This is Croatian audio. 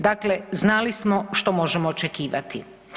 Dakle, znali smo što možemo očekivati.